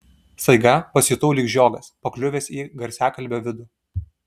staiga pasijutau lyg žiogas pakliuvęs į garsiakalbio vidų